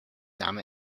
damn